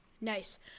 Nice